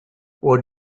what